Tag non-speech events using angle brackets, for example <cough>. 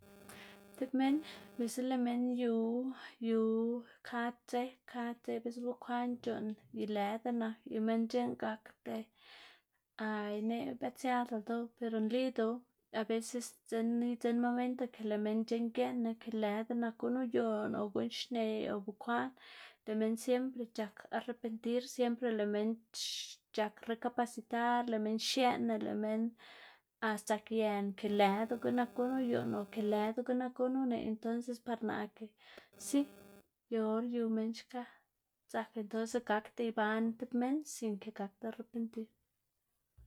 <noise> tib minn bi'lsa lëꞌ minn yu yu kad dze, kad dze biꞌltsa bekwaꞌn c̲h̲uꞌnn y lëda nak y minn c̲h̲eꞌn gakda <hesitation> ineꞌ bët siada ldoꞌ pero nlido aveces sdzinn idzinn momento kë lëꞌ minn c̲h̲eꞌn gieꞌnna kë lëda nak guꞌn uyuꞌnn o guꞌn xneꞌ o bekwaꞌn, lëꞌ minn siempre c̲h̲ak arrepentir siempre lëꞌ minn c̲h̲ak rekapasitar, lëꞌ minn xieꞌnna lëꞌ minn sdzakyena que lëꞌdugu nak guꞌn uyuꞌnn o ke lëdugu nak guꞌn uneꞌ, entonces par naꞌ ke si yu or yu minn xka dzak entonces gakda iban tib minn sin ke gakda arrepentir.